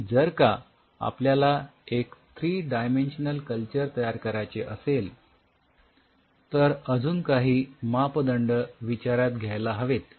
आणि जर का आपल्याला एक थ्री डायमेन्शनल कल्चर तयार करायचे असेल तर अजुन काही मापदंड आपण विचारात घ्यायला हवेत